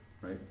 right